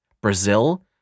Brazil